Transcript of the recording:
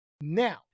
now